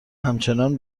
همچنان